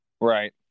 Right